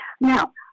now